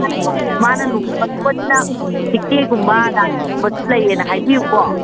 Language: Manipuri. ꯃꯥꯅ ꯂꯨꯍꯣꯡꯒꯗꯧꯕꯗꯨꯅ ꯔꯥꯅꯤꯒꯨꯝꯕꯁꯨ ꯂꯩꯌꯦꯅ ꯍꯥꯏꯕꯤꯌꯨꯀꯣ